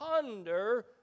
ponder